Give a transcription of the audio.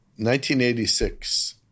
1986